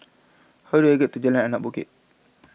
how do I get to Jalan Anak Bukit